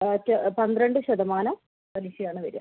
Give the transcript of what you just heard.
പന്ത്രണ്ട് ശതമാനം പലിശയാണ് വരിക